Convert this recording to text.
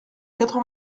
quatre